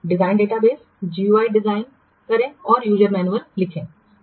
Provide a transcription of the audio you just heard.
design database GUI design करें और user manual लिखें